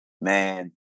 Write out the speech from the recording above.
Man